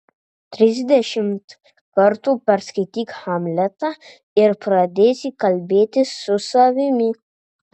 trisdešimt kartų perskaityk hamletą ir pradėsi kalbėtis su savimi